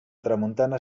tramuntana